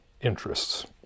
interests